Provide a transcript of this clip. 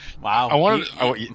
Wow